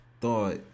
thought